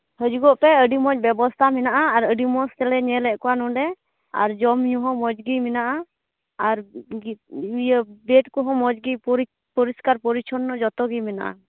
ᱦᱤᱡᱩᱜᱚᱜ ᱯᱮ ᱟᱹᱰᱤ ᱢᱚᱡᱽ ᱵᱮᱵᱚᱥᱛᱷᱟ ᱢᱮᱱᱟᱜᱼᱟ ᱟᱨ ᱟᱹᱰᱤ ᱢᱚᱡᱽ ᱛᱮᱞᱮ ᱧᱮᱞᱮᱫ ᱠᱚᱣᱟ ᱱᱚᱸᱰᱮ ᱟᱨ ᱡᱚᱢ ᱧᱩ ᱦᱚᱸ ᱢᱚᱡᱽ ᱜᱮ ᱢᱮᱱᱟᱜᱼᱟ ᱟᱨ ᱵᱮᱰ ᱠᱚᱦᱚᱸ ᱢᱚᱡᱽ ᱜᱮ ᱯᱚᱨᱤᱥᱠᱟᱨ ᱯᱚᱨᱤᱪᱪᱷᱚᱱᱱᱚ ᱡᱚᱛᱚᱜᱮ ᱢᱮᱱᱟᱜᱼᱟ